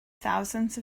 thousands